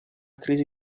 crisi